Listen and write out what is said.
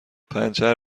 پنچر